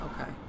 Okay